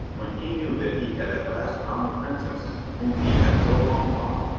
when he knew that he had at last found the princess whom he had so long lost,